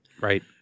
Right